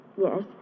Yes